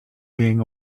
being